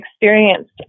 experienced